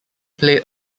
played